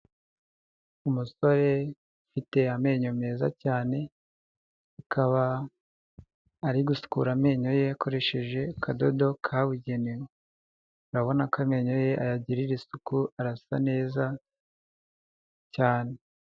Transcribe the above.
Umusore ufite amenyo meza cyane, akaba ari gusukura amenyo ye akoresheje akadodo kabugenewe urabona ko amenyo ye ayagirira isuku arasa neza cyane.